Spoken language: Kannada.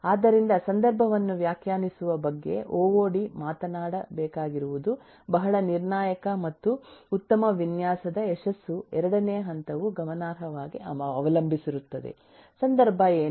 ಆದ್ದರಿಂದ ಸಂದರ್ಭವನ್ನು ವ್ಯಾಖ್ಯಾನಿಸುವ ಬಗ್ಗೆ ಒಒಡಿ ಮಾತನಾಡಬೇಕಾಗಿರುವುದು ಬಹಳ ನಿರ್ಣಾಯಕ ಮತ್ತು ಉತ್ತಮ ವಿನ್ಯಾಸದ ಯಶಸ್ಸು ಎರಡನೇ ಹಂತವು ಗಮನಾರ್ಹವಾಗಿ ಅವಲಂಬಿಸಿರುತ್ತದೆ ಸಂದರ್ಭ ಏನು